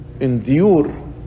endure